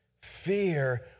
Fear